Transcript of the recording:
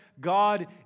God